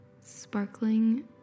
sparkling